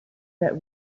that